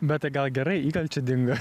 bet tai gal gerai įkalčiai dingo